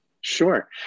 Sure